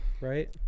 Right